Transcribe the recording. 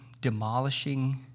demolishing